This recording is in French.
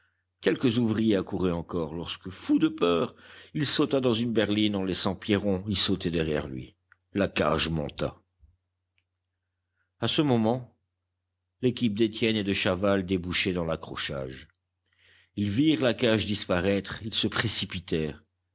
quelques ouvriers accouraient encore lorsque fou de peur il sauta dans une berline en laissant pierron y sauter derrière lui la cage monta a ce moment l'équipe d'étienne et de chaval débouchait dans l'accrochage ils virent la cage disparaître ils se